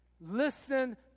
Listen